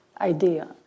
idea